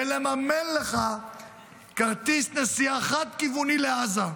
ולממן לך כרטיס נסיעה חד-כיווני לעזה,